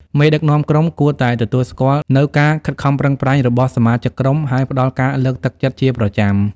មេដឹកនាំក្រុមគួរតែទទួលស្គាល់នូវការខិតខំប្រឹងប្រែងរបស់សមាជិកក្រុម ហើយផ្ដល់ការលើកទឹកចិត្តជាប្រចាំ។